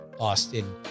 Austin